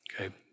okay